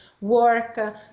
work